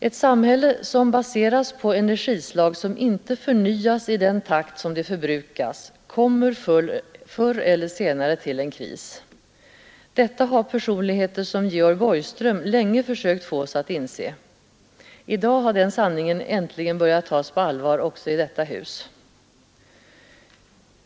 Ett samhälle baserat på energislag som inte förnyas i den takt de förbrukas, kommer förr eller senare till en kris. Detta har personligheter som Georg Borgström länge försökt få oss att inse. I dag har den sanningen äntligen börjat tas på allvar också i detta hus.